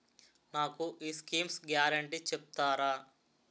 నాకు ఈ schemes guarantee చెప్తారా?